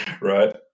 Right